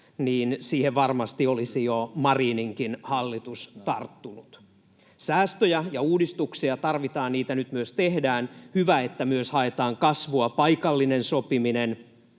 niin siihen varmasti olisi jo Marininkin hallitus tarttunut. Säästöjä ja uudistuksia tarvitaan, ja niitä nyt myös tehdään. Hyvä, että myös haetaan kasvua — paikallinen sopiminen,